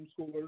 homeschoolers